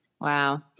Wow